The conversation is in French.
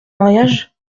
mariage